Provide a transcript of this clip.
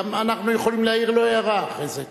גם אנחנו יכולים להעיר הערה אחרי זה.